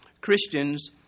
Christians